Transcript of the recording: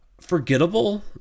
forgettable